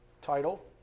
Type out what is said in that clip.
title